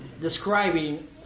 Describing